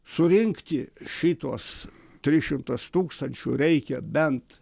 surinkti šituos tris šimtus tūkstančių reikia bent